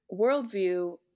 worldview